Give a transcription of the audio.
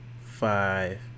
five